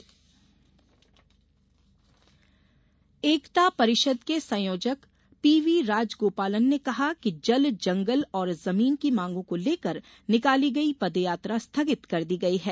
सत्याग्रही एकता परिषद के संयोजक पीवीराजगोपालन ने कहा कि जलजंगल और जमीन की मांगों को लेकर निकाली गयी पदयात्रा स्थगित कर दी गयी है